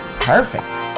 perfect